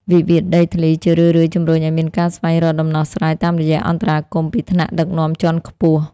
វិវាទដីធ្លីជារឿយៗជំរុញឱ្យមានការស្វែងរកដំណោះស្រាយ តាមរយៈអន្តរាគមន៍ពីថ្នាក់ដឹកនាំជាន់ខ្ពស់។